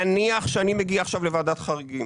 נניח שאני מגיע עכשיו לוועדת חריגים.